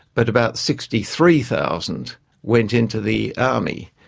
but about sixty three thousand went into the army,